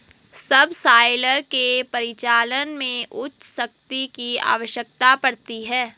subsoiler के परिचालन में उच्च शक्ति की आवश्यकता पड़ती है